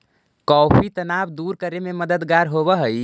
coffee तनाव दूर करे में मददगार होवऽ हई